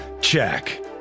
Check